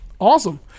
Awesome